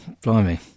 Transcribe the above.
blimey